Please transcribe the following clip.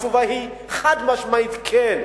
התשובה היא: חד-משמעית, כן.